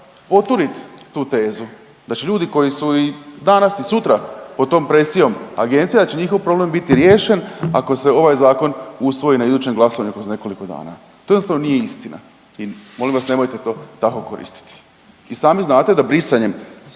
poturit tu tezu da će ljudi koji su i danas i sutra pod tom presijom agencija da će njihov problem biti riješen ako se ovaj zakon usvoji na idućem glasanju kroz nekoliko dana. To jednostavno nije istina i molim vas nemojte to tako koristiti. I sami znate da brisanjem